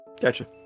Gotcha